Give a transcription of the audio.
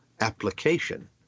application